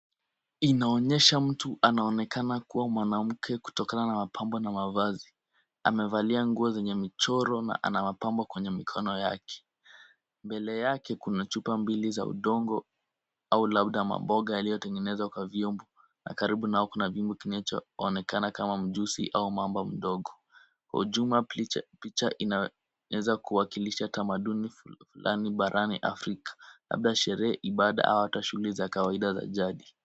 Inaonyesha mtu anaonekana kua mwanamke kutokana na mapambo na mavazi. Amevalia nguo zenye michoro na ana mapambo kwenye mikono yake. Mbele yake kuna chupa mbili za udongo au labda mamboga yaliyotengenezwa kwa viombo na karibu nao kuna viuma kinacho onekana kama mjusi au mamba mdogo. Kwa ujumla, picha inaweza kuwakilisha tamaduni fulani barani afrika, labda sherehe, ibada ama hata shughuli za kawaida za jadi.